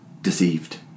deceived